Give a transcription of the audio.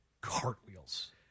cartwheels